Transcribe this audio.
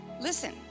Listen